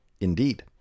Indeed